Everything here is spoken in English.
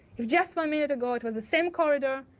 just one minute ago it was the same corridor,